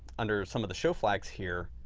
under some of the show flags here,